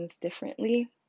differently